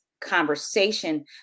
conversation